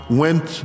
went